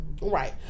Right